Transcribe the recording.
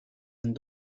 han